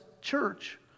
church